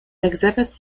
exhibits